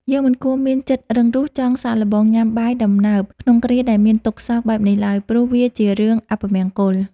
យើងមិនគួរមានចិត្តរឹងរូសចង់សាកល្បងញ៉ាំបាយដំណើបក្នុងគ្រាដែលមានទុក្ខសោកបែបនេះឡើយ ព្រោះវាជារឿងអពមង្គល។